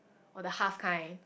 or the half kind